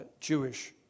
Jewish